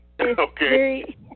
Okay